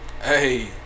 Hey